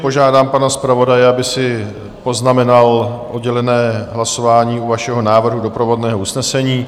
Požádám pana zpravodaje, aby si poznamenal oddělené hlasování u vašeho návrhu doprovodného usnesení.